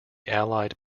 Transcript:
allied